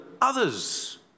others